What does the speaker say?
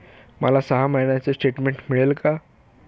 मला सहा महिन्यांचे स्टेटमेंट मिळेल का?